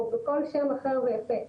או כל שם אחר ויפה,